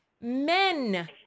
Men